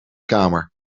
kamer